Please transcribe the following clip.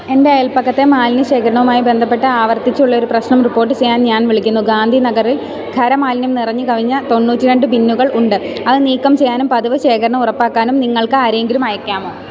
എൻ്റെ അയൽപക്കത്തെ മാലിന്യ ശേഖരണവുമായി ബന്ധപ്പെട്ട ആവർത്തിച്ചുള്ളയൊരു പ്രശ്നം റിപ്പോർട്ട് ചെയ്യാൻ ഞാൻ വിളിക്കുന്നു ഗാന്ധിനഗറിൽ ഖരമാലിന്യം നിറഞ്ഞുകവിഞ്ഞ് തൊണ്ണൂറ്റിരണ്ട് ബിന്നുകൾ ഉണ്ട് അതു നീക്കം ചെയ്യാനും പതിവുശേഖരണം ഉറപ്പാക്കാനും നിങ്ങൾക്കാരെയെങ്കിലും അയയ്ക്കാമോ